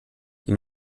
die